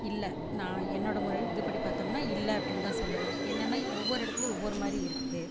இல்லை நான் என்னோடய முறை இது படி பார்த்தோம்னா இல்லை அப்படினு தான் சொல்லுவேன் என்னென்னா ஒவ்வொரு இடத்துலையும் ஒவ்வொருமாதிரி இருக்குது